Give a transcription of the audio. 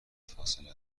فاصله